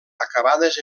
acabades